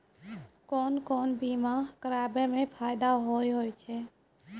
कोन कोन बीमा कराबै मे फायदा होय होय छै?